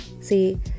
See